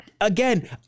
Again